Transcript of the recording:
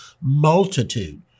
multitude